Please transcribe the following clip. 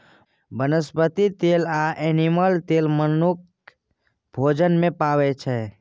बनस्पति तेल आ एनिमल तेल मनुख भोजन मे पाबै छै